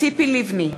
ציפי לבני,